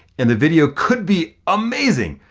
and the video could be amazing,